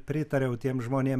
pritariau tiem žmonėm